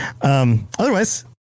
Otherwise